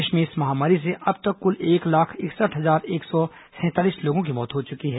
देश में इस महामारी से अब तक कुल एक लाख इकसठ हजार आठ सौ तैंतालीस लोगों की मौत हो चुकी है